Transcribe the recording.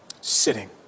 Sitting